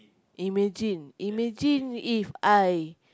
imagine imagine If I